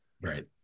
Right